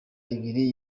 ibiri